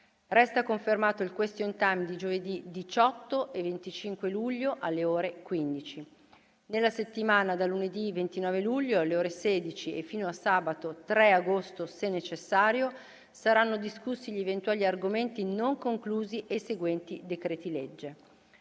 Resta confermato il *question time* di giovedì 18 e 25 luglio, alle ore 15. Nella settimana da lunedì 29 luglio, alle ore 16, e fino a sabato 3 agosto, se necessario, saranno discussi gli eventuali argomenti non conclusi e i seguenti decreti-legge: